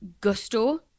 Gusto